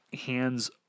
hands